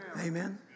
Amen